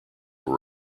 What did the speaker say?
were